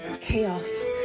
Chaos